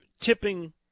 Tipping